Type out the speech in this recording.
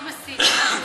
אל תסית עוד.